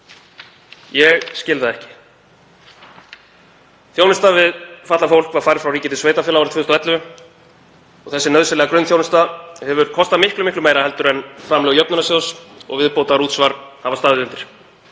Ég skil það ekki. Þjónusta við fatlað fólk var færð frá ríki til sveitarfélaga 2011 og þessi nauðsynlega grunnþjónusta hefur kostað miklu meira en framlög jöfnunarsjóðs og viðbótarútsvar hafa staðið undir.